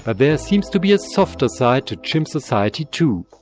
but there seems to be a softer side to chimp society too.